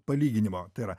palyginimo tai yra